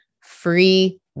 free